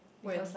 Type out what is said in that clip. when